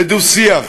לדו-שיח,